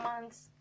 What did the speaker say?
months